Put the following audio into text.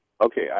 Okay